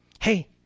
Hey